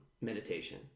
meditation